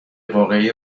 واقعی